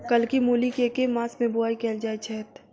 कत्की मूली केँ के मास मे बोवाई कैल जाएँ छैय?